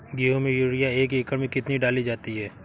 गेहूँ में यूरिया एक एकड़ में कितनी डाली जाती है?